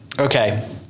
okay